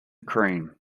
cream